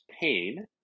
pain